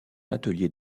atelier